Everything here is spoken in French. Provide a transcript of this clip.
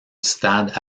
stade